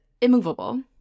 immovable